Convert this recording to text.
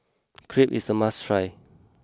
Crepe is a must try